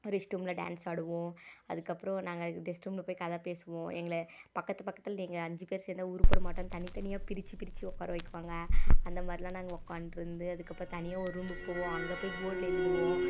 rest ரூமில்டான்ஸ் ஆடுவோம் அதுக்கப்புறம் நாங்கள் ரெஸ்ட் ரூமில் போய் கதை பேசுவோம் எங்களை பக்கத்து பக்கத்தில் நீங்கள் அஞ்சுப் பேர் சேர்ந்தா உருப்படமாட்டனு தனித்தனியாக பிரித்து பிரித்து உட்கார வைகுவாங்க அந்தமாதிரிலாம் நாங்கள் உட்காண்ட்ருந்து அதுக்கப்புறம் தனியாக ஒரு ரூமுக்குப் போவோம் அங்கேப் போய் போர்ட்டில் எழுதுவோம்